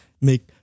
make